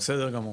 בסדר גמור.